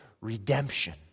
redemption